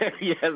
Yes